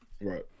Right